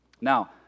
Now